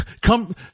come